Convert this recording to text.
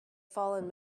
fallen